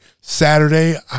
Saturday